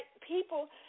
people